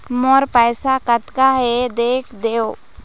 मोर पैसा कतका हे देख देव?